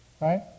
Right